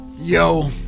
Yo